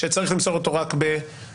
שצריך למסור אותו רק במסווג,